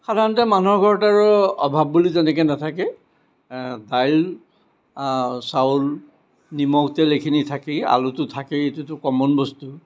সাধাৰণতে মানুহৰ ঘৰত আৰু অভাৱ বুলি তেনেকৈ নাথাকে দাইল চাউল নিমখ তেল এইখিনি থাকেই আলুটো থাকেই এইটোতো কমন বস্তু